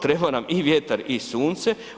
Treba nam i vjetar i sunce.